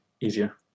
easier